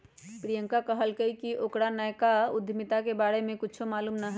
प्रियंका कहलकई कि ओकरा नयका उधमिता के बारे में कुछो मालूम न हई